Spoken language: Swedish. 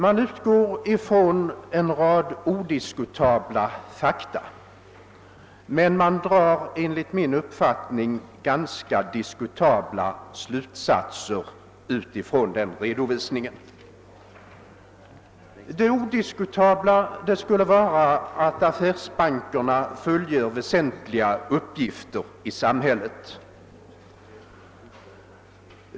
Man utgår i utlåtandet från en rad odiskutabla fakta, men man drar enligt min uppfattning ganska diskutabla slutsatser utifrån den redovisningen. Det odiskutabla skulle vara att affärsbankerna fullgör väsentliga uppgifter i samhället.